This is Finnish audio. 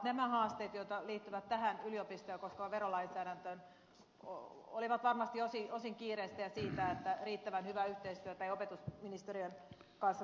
nämä haasteet jotka liittyvät tähän yliopistoja koskevaan verolainsäädäntöön olivat varmasti osin kiireestä johtuvia ja siitä että riittävän hyvää yhteistyötä ei opetusministeriön kanssa tehty